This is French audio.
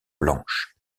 blanches